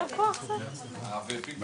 הישיבה ננעלה בשעה 14:53.